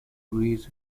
raise